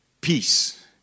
peace